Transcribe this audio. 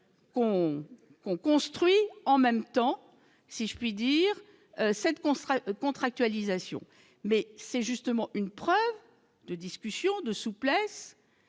qu'on construit en même temps si je puis dire, cette qu'on sera contractualisation mais c'est justement une preuve de discussions de souplesse